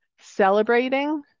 celebrating